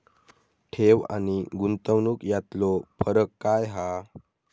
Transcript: ठेव आनी गुंतवणूक यातलो फरक काय हा?